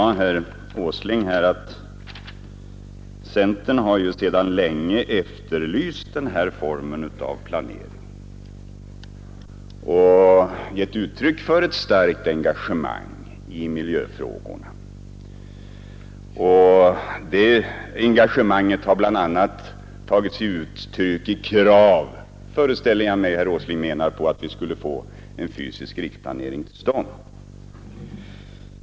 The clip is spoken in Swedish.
Herr Åsling sade att centern sedan länge efterlyst detta slags planering och gett uttryck för ett starkt engagemang i miljöfrågorna. Det engagemanget har bl.a. tagit sig uttryck i krav, föreställer jag mig att herr Åsling menar, på att få en fysisk riksplanering till stånd.